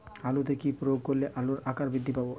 আলুতে কি প্রয়োগ করলে আলুর আকার বৃদ্ধি পাবে?